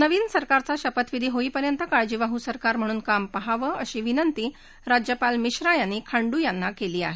नवीन सरकारचा शपथविधी होईपर्यंत काळजीवाहू सरकार म्हणून काम पहावं अशी विनंती ऱाज्यपाल मिश्रा यांनी खांडू यांना केली आहे